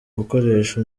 gukoresha